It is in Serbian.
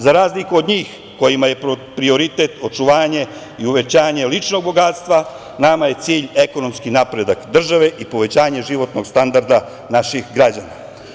Za razliku od njih kojima je prioritet očuvanje i uvećanje ličnog bogatstva, nama je cilj ekonomski napredak države i povećanje životnog standarda naših građana.